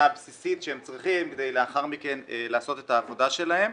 הבסיסית שהם צריכים כדי לאחר מכן לעשות את העבודה שלהם.